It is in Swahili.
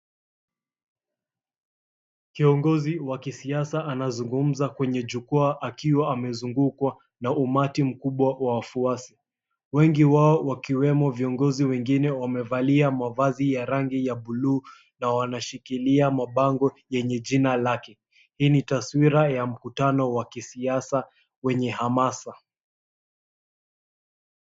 Kiongozi wa kisiasa anazungumza kwenye jukwaa akiwa amezungukwa na umati mkubwa wa wafuasi. Wengi wao wakiwemo viongozi, wengine wamevalia mavazi ya rangi ya bluu na wanashikilia mabango yenye jina lake. Hii ni taswira ya mkutano wa kisiasa kwenye hamasa.